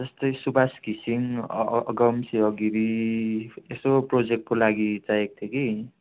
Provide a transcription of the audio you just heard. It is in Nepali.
जस्तै सुवास घिसिङ अगमसिंह गिरी यसो प्रोजेक्टको लागि चाहिएको थियो कि